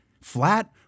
flat